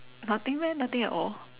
nothing meh nothing at all